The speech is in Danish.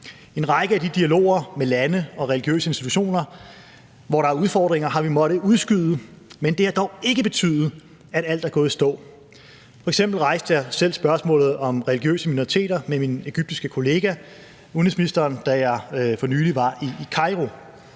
En række af de dialoger med lande og religiøse institutioner, hvor der er udfordringer, har vi måttet udskyde, men det har dog ikke betydet, at alt er gået i stå. F.eks. rejste jeg spørgsmålet om religiøse minoriteter med min egyptiske udenrigsministerkollega, da jeg for nylig var i Kairo.